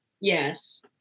yes